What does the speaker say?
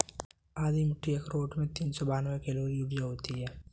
आधी मुट्ठी अखरोट में तीन सौ बानवे कैलोरी ऊर्जा होती हैं